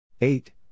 Eight